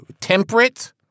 temperate